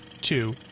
two